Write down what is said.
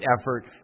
effort